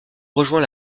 rejoint